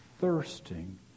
thirsting